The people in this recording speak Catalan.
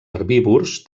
herbívors